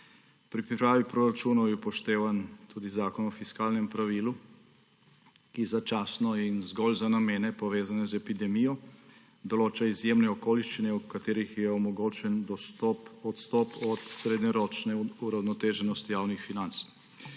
Pri pripravi proračunov je upoštevan tudi Zakon o fiskalnem pravilu, ki začasno in zgolj za namene, povezane z epidemijo, določa izjemne okoliščine, v katerih je omogočen odstop od srednjeročne uravnoteženosti javnih financ.